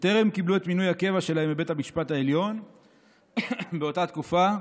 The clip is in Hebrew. שטרם קיבלו את מינוי הקבע שלהם בבית המשפט העליון באותה תקופה,